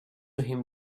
him